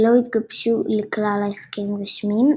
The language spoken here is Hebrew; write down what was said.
שלא התגבשו לכלל הסכם רשמי,